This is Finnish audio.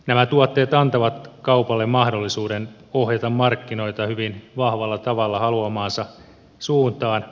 nämä tuotteet antavat kaupalle mahdollisuuden ohjata markkinoita hyvin vahvalla tavalla haluamaansa suuntaan